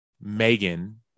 Megan